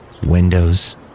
windows